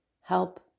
help